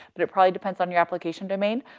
but it probably depends on your application domain.